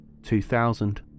2000